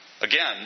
Again